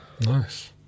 Nice